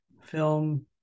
film